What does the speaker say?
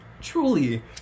Truly